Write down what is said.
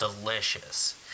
delicious